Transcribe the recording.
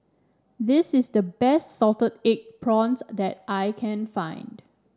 this is the best Salted Egg Prawns that I can find